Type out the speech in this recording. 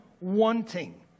Wanting